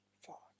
Fuck